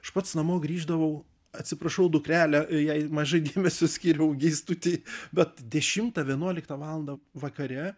aš pats namo grįždavau atsiprašau dukrele jei mažai dėmesio skyriau geistutei bet dešimtą vienuoliktą valandą vakare